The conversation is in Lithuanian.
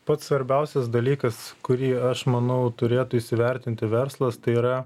pats svarbiausias dalykas kurį aš manau turėtų įsivertinti verslas tai yra